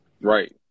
Right